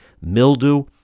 mildew